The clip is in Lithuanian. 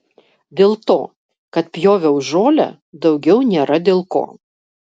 dėl to kad pjoviau žolę daugiau nėra dėl ko